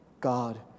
God